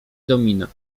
domina